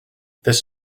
this